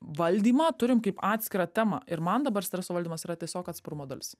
valdymą turim kaip atskirą temą ir man dabar streso valdymas yra tiesiog atsparumo dalis